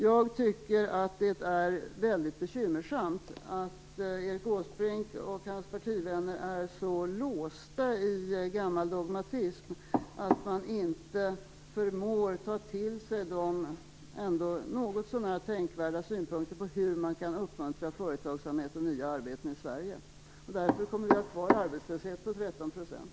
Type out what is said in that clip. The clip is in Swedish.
Jag tycker att det är bekymmersamt att Erik Åsbrink och hans partivänner är så låsta i gammal dogmatism att man inte förmår ta till sig något så när tänkvärda synpunkter på hur man kan uppmuntra företagsamhet och nya arbeten i Sverige. Därför kommer vi att ha kvar en arbetslöshet på 13 %.